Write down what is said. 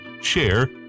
share